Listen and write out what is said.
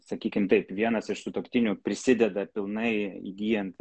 sakykim taip vienas iš sutuoktinių prisideda pilnai įgyjant